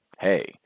hey